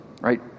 right